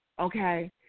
Okay